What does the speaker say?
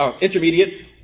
intermediate